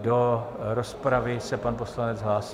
Do rozpravy se pan poslanec hlásí.